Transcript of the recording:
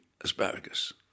asparagus